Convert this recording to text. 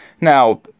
now